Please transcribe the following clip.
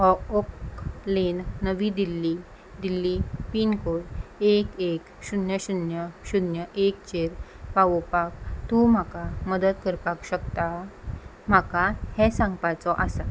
okay lane नवी Delhi Delhi pin code एक एक शुन्य शुन्य शुन्य एकचेर पावोवपाक तूं म्हाका मदत करपाक शकता म्हाका हें सांगपाचो आसा